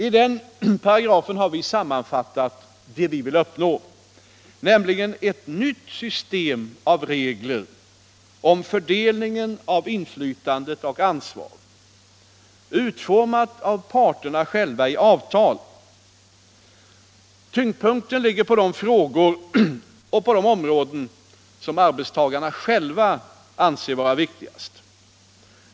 I den paragrafen har vi sammanfattat det vi vill uppnå, nämligen ett nytt system av regler om fördelningen av inflytande och ansvar, utformat av parterna själva i avtal. Tyngdpunkten ligger på de frågor och på de områden som arbetstagarna själva anser vara viktigast.